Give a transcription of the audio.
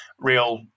real